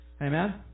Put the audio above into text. Amen